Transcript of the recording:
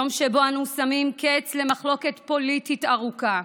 יום שבו אנו שמים קץ למחלוקת פוליטית ארוכה.